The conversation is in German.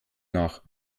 nach